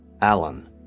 Alan